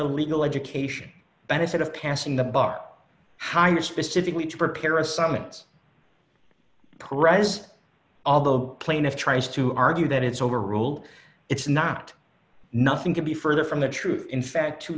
a legal education benefit of passing the bar higher specifically to prepare assignments pres although plaintiff tries to argue that it's overruled it's not nothing could be further from the truth in fact two